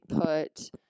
put